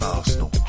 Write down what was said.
Arsenal